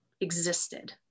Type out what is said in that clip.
existed